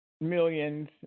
millions